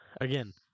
again